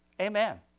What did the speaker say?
Amen